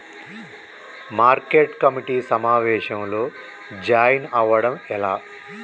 Market committee సమావేశంలో join అవ్వడం ఎలా?